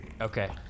Okay